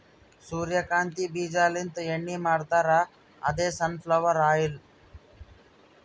ಸೂರ್ಯಕಾಂತಿ ಬೀಜಾಲಿಂತ್ ಎಣ್ಣಿ ಮಾಡ್ತಾರ್ ಅದೇ ಸನ್ ಫ್ಲವರ್ ಆಯಿಲ್